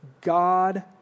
God